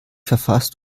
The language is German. verfasst